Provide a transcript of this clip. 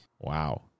Wow